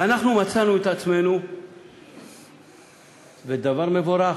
ואנחנו מצאנו את עצמנו בדבר מבורך: